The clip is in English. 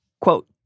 Quote